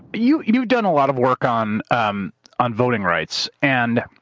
but you've you've done a lot of work on um on voting rights. and